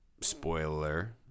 spoiler